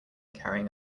carrying